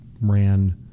ran